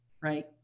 right